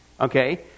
Okay